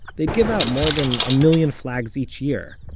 they'd give out more than a million flags each year,